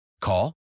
Call